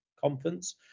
conference